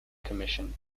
commission